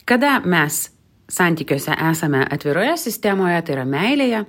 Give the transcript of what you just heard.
kada mes santykiuose esame atviroje sistemoje tai yra meilėje